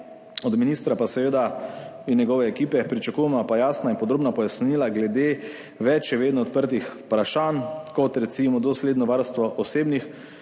Od ministra pa seveda in njegove ekipe pričakujemo pa jasna in podrobna pojasnila glede več še vedno odprtih vprašanj, kot recimo dosledno varstvo osebnih